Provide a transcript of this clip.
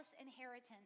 inheritance